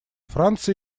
франция